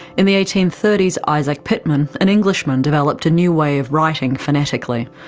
in the eighteen thirty s, isaac pitman, an englishman, developed a new way of writing phonetically.